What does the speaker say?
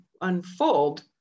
unfold